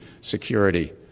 security